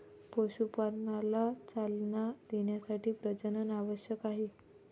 पशुपालनाला चालना देण्यासाठी प्रजनन आवश्यक आहे